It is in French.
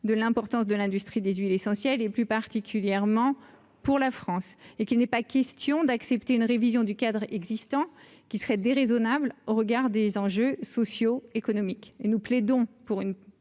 de l'importance de l'industrie des huiles essentielles, et plus particulièrement pour la France et qui n'est pas question d'accepter une révision du cadre existant qui serait déraisonnable au regard des enjeux socio-économiques et nous plaidons pour une